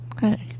Hey